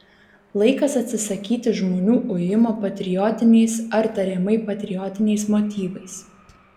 laikas atsisakyti žmonių ujimo patriotiniais ar tariamai patriotiniais motyvais